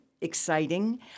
exciting